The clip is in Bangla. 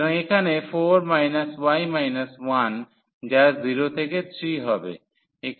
সুতরাং এখানে 4 y 1 যা 0 থেকে 3 হবে